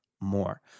More